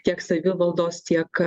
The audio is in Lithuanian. tiek savivaldos tiek